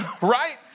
Right